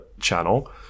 channel